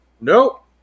Nope